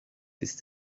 ist